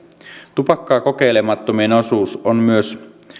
tupakkaa kokeilemattomien osuus on myös